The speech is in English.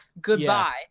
Goodbye